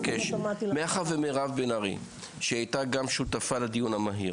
מאחר ומירב בן ארי שהיא הייתה גם שותפה לדיון המהיר,